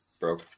broke